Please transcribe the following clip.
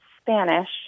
Spanish